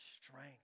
strength